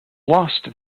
lost